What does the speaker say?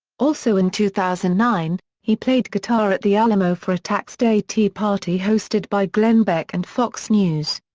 also in two thousand and nine, he played guitar at the alamo for a tax day tea party hosted by glenn beck and fox news.